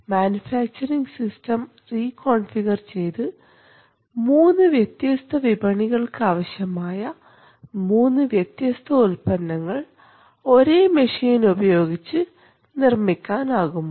manufacturing system reconfigure ചെയ്തു മൂന്ന് വ്യത്യസ്ത വിപണികൾക്ക് ആവശ്യമായ മൂന്ന് വ്യത്യസ്ത ഉൽപ്പന്നങ്ങൾ ഒരേ മെഷീൻ ഉപയോഗിച്ച് നിർമ്മിക്കാൻ ആകുമോ